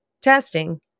testing